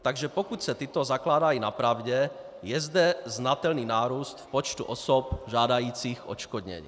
Takže pokud se tyto zakládají na pravdě, je zde znatelný nárůst v počtu osob žádajících odškodnění.